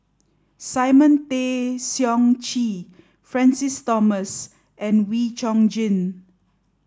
Simon Tay Seong Chee Francis Thomas and Wee Chong Jin